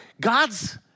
God's